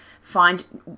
Find